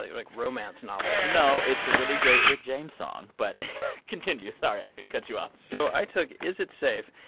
like, romance novel no, it's a really great rick james song. but continue. sorry. i cut you off so i took is it safe,